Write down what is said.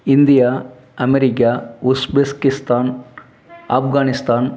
India America Uzbekistan Afghanistan